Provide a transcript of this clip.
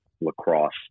lacrosse